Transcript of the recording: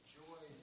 joy